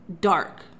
dark